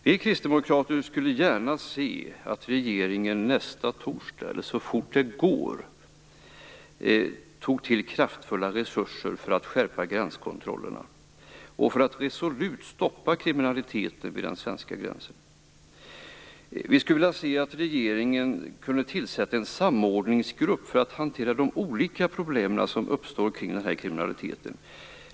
Vi kristdemokrater skulle gärna se att regeringen nästa torsdag, eller så fort det går, tar till kraftfulla resurser för att skärpa gränskontrollerna och för att resolut stoppa kriminaliteten vid den svenska gränsen. Vi skulle vilja att regeringen tillsatte en samordningsgrupp för att hantera de olika problem som uppstår kring den här kriminaliteten.